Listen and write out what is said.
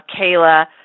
Kayla